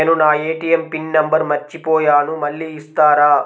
నేను నా ATM pin number మర్చిపోయాను మళ్ళీ ఇస్తారా?